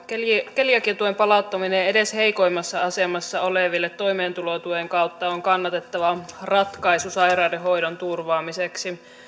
keliakiatuen palauttaminen edes heikoimmassa asemassa oleville toimeentulotuen kautta on kannatettava ratkaisu sairaudenhoidon turvaamiseksi